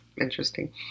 interesting